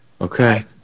Okay